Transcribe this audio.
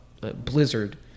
blizzard